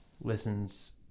listens